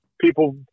People